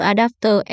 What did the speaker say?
Adapter